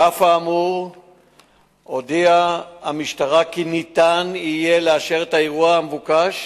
על אף האמור הודיעה המשטרה כי ניתן יהיה לאשר את האירוע המבוקש,